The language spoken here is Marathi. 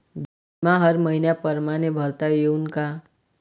बिमा हर मइन्या परमाने भरता येऊन का?